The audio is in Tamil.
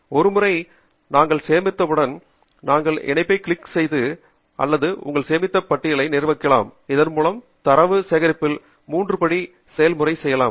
ஒருமுறை நாங்கள் சேகரித்தவுடன் செய்தால் நாங்கள் இணைப்பைக் கிளிக் செய்து அல்லது உங்கள் சேமித்த பட்டியலை நிர்வகிக்கலாம் இதன்மூலம் தரவு சேகரிப்பில் மூன்று படி செயல்முறைக்கு செல்லலாம்